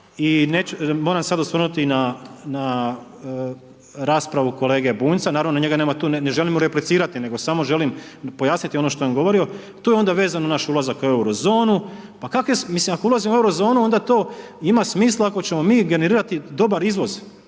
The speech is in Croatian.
I moram se sad osvrnuti na raspravu Bunjca, naravno njega nema tu, ne želim mu replicirati nego samo želim pojasniti ono što je on govorio, tu je onda vezan naš ulazak u euro zonu. Pa kako, mislim ako ulazimo u euro zonu onda to ima smisla ako ćemo mi generirati dobar izvoz,